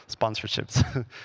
sponsorships